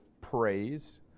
praise